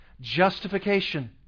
Justification